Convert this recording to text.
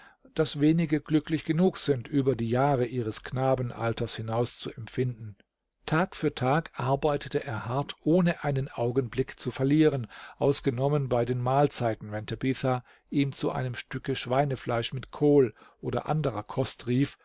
das wenige glücklich genug sind über die jahre ihres knabenalters hinaus zu empfinden tag für tag arbeitete er hart ohne einen augenblick zu verlieren ausgenommen bei den mahlzeiten wenn tabitha ihm zu einem stücke schweinefleisch mit kohl oder anderer kost rief